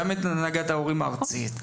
גם את הנהגת ההורים הארצית,